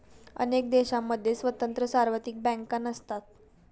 अनेक देशांमध्ये स्वतंत्र सार्वत्रिक बँका नसतात